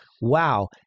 Wow